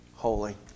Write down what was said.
holy